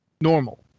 normal